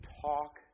talk